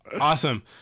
Awesome